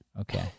Okay